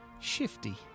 Shifty